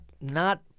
not-